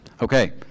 Okay